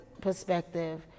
perspective